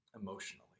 emotionally